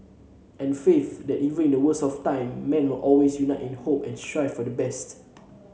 and faith that even in the worst of times man will always unite in hope and strive for the best